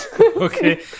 Okay